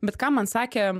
bet ką man sakė